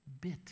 bit